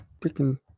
Freaking